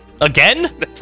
Again